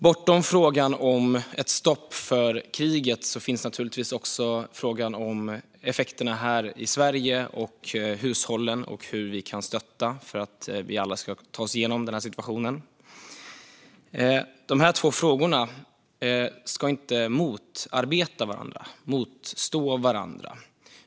Bortom frågan om ett stopp för kriget finns naturligtvis också frågan om effekterna här i Sverige på hushållen och hur vi kan stötta för att vi alla ska ta oss igenom situationen. De här två frågorna ska inte motarbeta varandra och stå mot varandra.